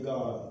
God